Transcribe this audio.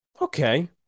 Okay